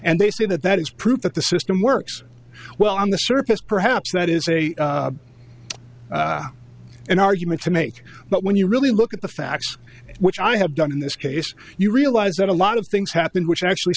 and they say that that is proof that the system works well on the surface perhaps that is a an argument to make but when you really look at the facts which i have done in this case you realize that a lot of things happened which actually